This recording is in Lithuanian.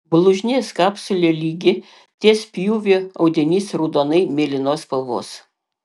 blužnies kapsulė lygi ties pjūviu audinys raudonai mėlynos spalvos